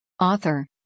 Author